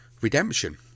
redemption